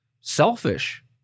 selfish